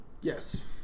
Yes